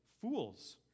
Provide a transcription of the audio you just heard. fools